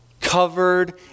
covered